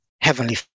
Heavenly